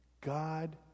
God